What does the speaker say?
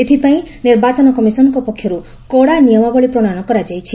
ଏଥିପାଇଁ ନିର୍ବାଚନ କମିଶନଙ୍କ ପକ୍ଷରୁ କଡ଼ା ନିୟମାବଳୀ ପ୍ରଣୟନ କରାଯାଇଛି